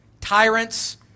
Tyrants